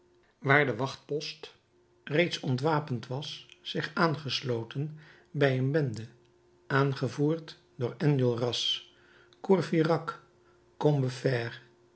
waar de wachtpost reeds ontwapend was zich aangesloten bij een bende aangevoerd door enjolras courfeyrac